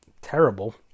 terrible